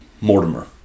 Mortimer